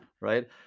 right